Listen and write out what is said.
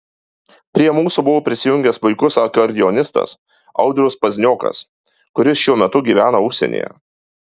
prie mūsų buvo prisijungęs puikus akordeonistas audrius pazniokas kuris šiuo metu gyvena užsienyje